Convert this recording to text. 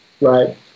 right